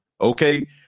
Okay